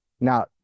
Now